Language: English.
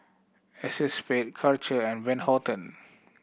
Acexspade Karcher and Van Houten